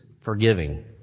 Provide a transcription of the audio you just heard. forgiving